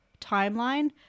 timeline